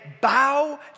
bow